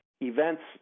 Events